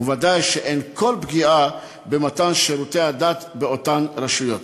וודאי שאין כל פגיעה במתן שירותי הדת באותן רשויות.